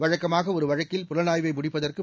வழக்கமாக ஒரு வழக்கில் புலனாய்வை முடிப்பதற்கு